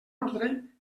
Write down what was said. ordre